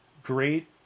Great